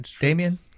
Damien